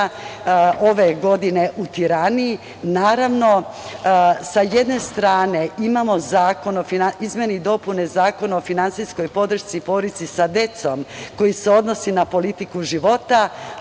ove godine u Tirani. Naravno, sa jedne strane imamo izmene i dopune Zakona o finansijskoj podršci porodici sa decom, koje se odnose na politiku života,